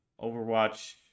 Overwatch